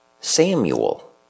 Samuel